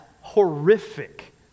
horrific